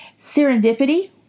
Serendipity